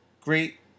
great